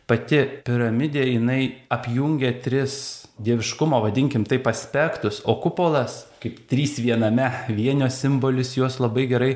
pati piramidė jinai apjungia tris dieviškumo vadinkim taip aspektus o kupolas kaip trys viename vienio simbolis juos labai gerai